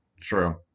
True